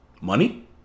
Money